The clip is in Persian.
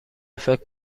فکر